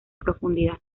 profundidad